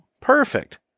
perfect